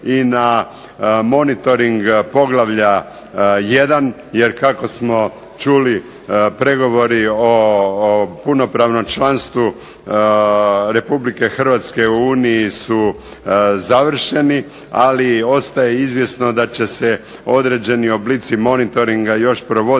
i na monitoring Poglavlja 1., jer kako smo čuli pregovori o punopravnom članstvu RH u Uniji su završeni, ali ostaje izvjesno da će se određeni oblici monitoringa još provoditi